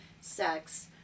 sex